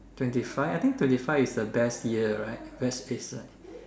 twenty five I think twenty five is a best year right best age right